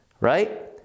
right